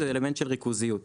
הוא אלמנט של ריכוזיות.